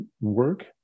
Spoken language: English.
work